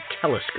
telescope